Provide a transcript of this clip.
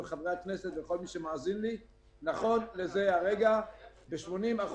ולחברי הכנסת ולכל מי שמאזין לי שנכון לרגע זה ב- 80%